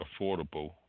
affordable